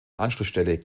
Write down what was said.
anschlussstelle